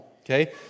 Okay